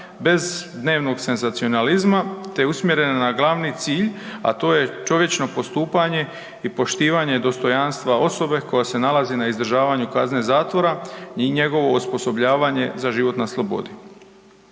bez dnevnog senzacionalizma, te usmjerene na glavni cilj, a to je čovječno postupanje i poštivanje dostojanstva osobe koja se nalazi na izdržavanju kazne zatvora i njegovo osposobljavanje za život na slobodi.